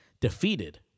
defeated